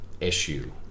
issue